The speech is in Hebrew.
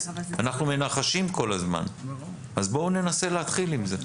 אנחנו מנחשים כל הזמן, אז בואו ננסה להתחיל עם זה.